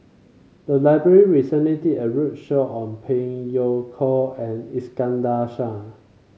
the library recently did a roadshow on Phey Yew Kok and Iskandar Shah